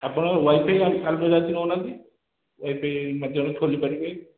ଆପଣଙ୍କର ୱାଇଫାଇ୍ ନେଉନାହାଁନ୍ତି ଖୋଲିପାରିବେ